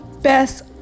best